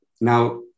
Now